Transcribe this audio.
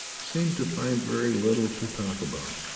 seemed to find very little to talk about.